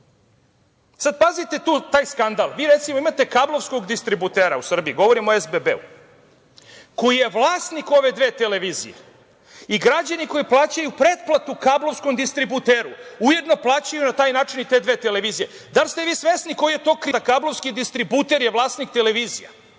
sada taj skandal. Recimo, imate kablovskog distributera u Srbiji, govorim o SBB-u, koji je vlasnik ove dve televizije i građani koji plaćaju pretplatu kablovskom distributeru ujedno plaćaju na taj način i te dve televizije. Da li ste vi svesni koji je to kriminal da kablovski distributer je vlasnik televizija